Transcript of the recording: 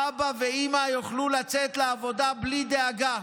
אבא ואימא יוכלו לצאת לעבודה בלי דאגה,